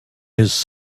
his